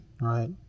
right